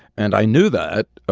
and i knew that,